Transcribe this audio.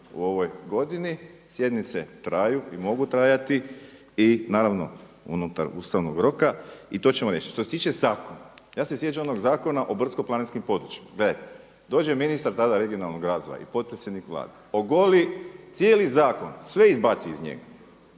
u ovoj godini, sjednice traju i mogu trajati i naravno unutar ustavnog roka i to ćemo riješiti. Što se tiče zakona, ja se sjećam onog Zakona o brdsko-planinskim područjima. Gledajte dođe ministar tada regionalnog razvoja i potpredsjednik Vlade. Ogoli cijeli zakon, sve izbaci iz njega